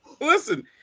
Listen